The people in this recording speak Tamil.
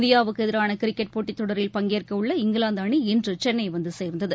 இந்தியாவுக்கு எதிரான கிரிக்கெட் போட்டித்தொடரில் பங்கேற்கவுள்ள இங்கிலாந்து அணி இன்று சென்னை வந்து சேர்ந்தது